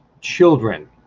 children